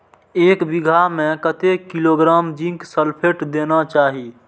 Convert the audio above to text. एक बिघा में कतेक किलोग्राम जिंक सल्फेट देना चाही?